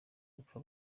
gupfa